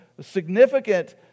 significant